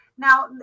Now